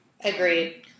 Agreed